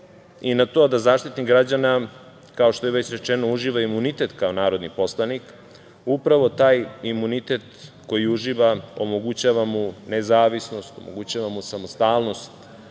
i na to da Zaštitnik građana, kao što je već rečeno, uživa imunitet kao narodni poslanik. Upravo taj imunitet koji uživa omogućava mu nezavisnost, omogućava mu samostalnost